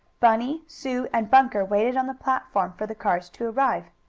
bunny, sue and bunker waited on the platform for the cars to arrive.